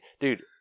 Dude